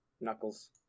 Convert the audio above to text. Knuckles